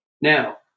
Now